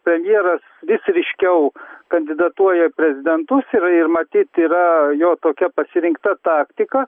premjeras vis ryškiau kandidatuoja į prezidentus ir ir matyt yra jo tokia pasirinkta taktika